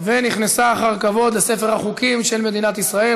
ונכנסה אחר כבוד לספר החוקים של מדינת ישראל.